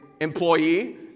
employee